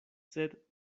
sed